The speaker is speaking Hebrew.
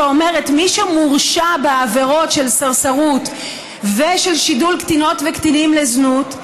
שאומרת: מי שמורשע בעבירות של סרסרות ושל שידול קטינות וקטינים לזנות,